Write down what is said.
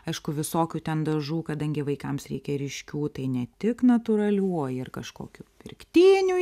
aišku visokių ten dažų kadangi vaikams reikia ryškių tai ne tik natūralių o ir kažkokių pirktinių